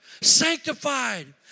Sanctified